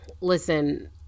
listen